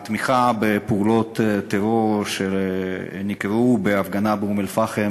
התמיכה בפעולות טרור נקראה בהפגנה באום-אלפחם